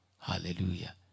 Hallelujah